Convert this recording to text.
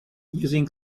using